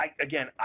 again